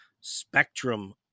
spectrum